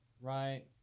right